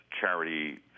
charity